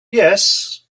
yes